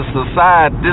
society